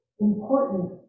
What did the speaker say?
important